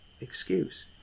excuse